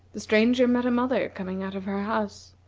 the stranger met a mother coming out of her house.